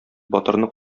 батырны